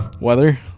Weather